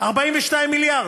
42 מיליארד,